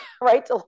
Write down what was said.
Right